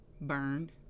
burned